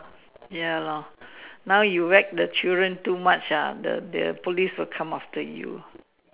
ya lor now you whack the children too much ah the the police will come after you